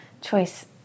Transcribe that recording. choice